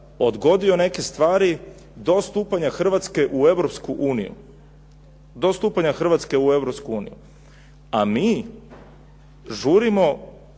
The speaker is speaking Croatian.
odgodio neke stvari do stupanja Hrvatske u Europsku uniju.